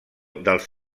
dels